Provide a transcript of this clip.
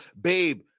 babe